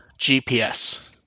GPS